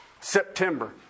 September